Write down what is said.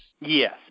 Yes